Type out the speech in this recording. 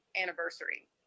anniversary